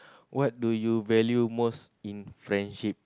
what do you value most in friendship